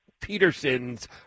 Peterson's